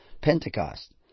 Pentecost